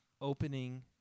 opening